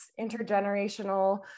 intergenerational